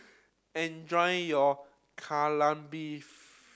enjoy your Kai Lan Beef